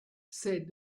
c’est